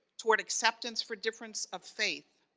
toward acceptance for difference of faith,